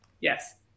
yes